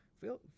feel